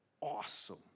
awesome